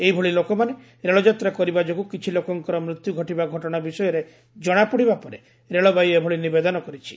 ଏହିଭଳି ଲୋକମାନେ ରେଳଯାତ୍ରା କରିବା ଯୋଗୁଁ କିଛିଲୋକଙ୍କର ମୃତ୍ୟୁ ଘଟିବା ଘଟଣା ବିଷୟରେ ଜଣାପଡ଼ିବା ପରେ ରେଳବାଇ ଏଭଳି ନିବେଦନ କରିଛି